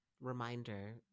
reminder